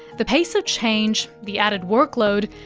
the pace of change, the added workload,